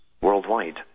worldwide